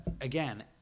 again